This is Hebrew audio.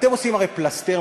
אתם עושים הרי את החוק פלסתר.